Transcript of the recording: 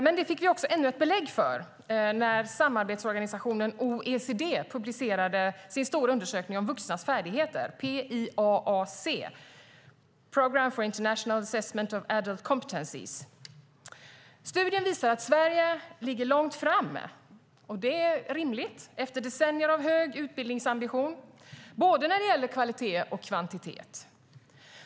Men vi fick ännu ett belägg för detta när samarbetsorganisationen OECD publicerade sin stora undersökning om vuxnas färdigheter, PIAAC, Programme for the International Assessment of Adult Competencies. Studien visar att Sverige ligger långt framme. Detta är rimligt efter decennier av hög utbildningsambition i fråga om både kvalitet och kvantitet.